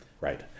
Right